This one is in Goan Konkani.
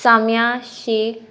सम्या शी